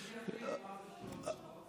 מי יחליט מה זה שלוש דקות?